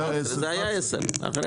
הייתה הסתייגות 11. זו הייתה 10. אחרי